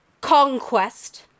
conquest